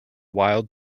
wild